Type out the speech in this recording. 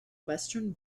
western